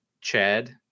Chad